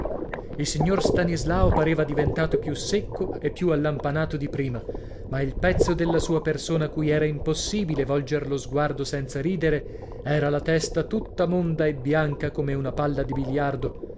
il signor stanislao pareva diventato più secco e più allampanato di prima ma il pezzo della sua persona cui era impossibile volger lo sguardo senza ridere era la testa tutta monda e bianca come una palla di biliardo